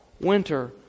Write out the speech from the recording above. winter